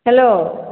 hello